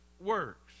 works